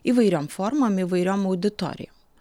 įvairiom formom įvairiom auditorijom